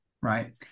Right